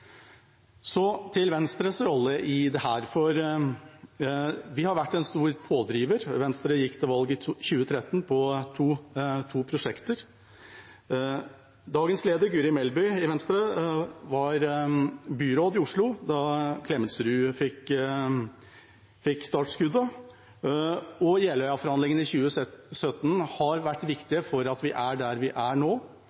pådriver. Venstre gikk til valg i 2013 på to prosjekter. Dagens leder i Venstre, Guri Melby, var byråd i Oslo da startskuddet for Klemetsrud gikk, og Jeløya-forhandlingene i 2018 har vært